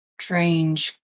strange